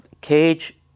Cage